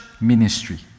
ministry